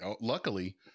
Luckily